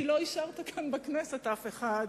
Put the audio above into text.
כי לא השארת כאן בכנסת אף אחד,